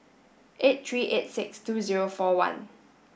eight three eight six two zero four one